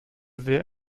sehr